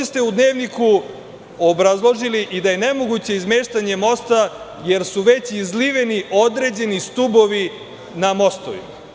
U Dnevniku ste obrazložili i da je nemoguće izmeštanje mosta jer su već izliveni određeni stubovi na mostovima.